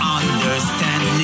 understand